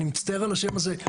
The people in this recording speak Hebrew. אני מצטער על השם הזה,